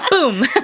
Boom